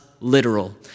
literal